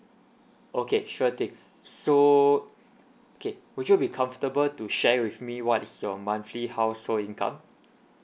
okay sure thing so okay would you be comfortable to share with me what is your monthly household income